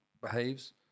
behaves